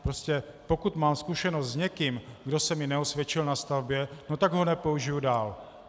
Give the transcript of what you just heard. Prostě pokud mám zkušenost s někým, kdo se mi neosvědčil na stavbě, tak ho nepoužiji dál.